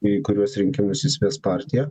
į kuriuos rinkimus jis ves partiją